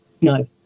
no